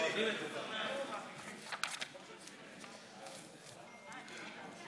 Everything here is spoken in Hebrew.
מצביע קארין אלהרר, אינה נוכחת סעיד אלחרומי,